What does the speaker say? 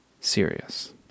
serious